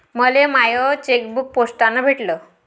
मले my chequebook पोस्टानं भेटल